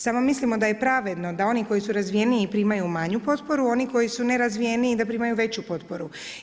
Samo mislimo da je pravedno da oni koji su razvijeniji primaju manju potporu, a oni koji su nerazvijeniji da primaju veću potporu.